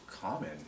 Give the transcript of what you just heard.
common